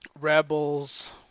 Rebels